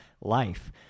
life